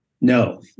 No